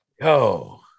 yo